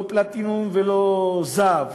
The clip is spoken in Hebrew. לא פלטינום ולא זהב.